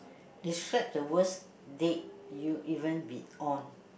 describe the worst date you even be on